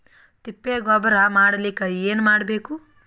ತಿಪ್ಪೆ ಗೊಬ್ಬರ ಮಾಡಲಿಕ ಏನ್ ಮಾಡಬೇಕು?